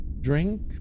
drink